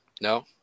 No